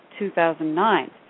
2009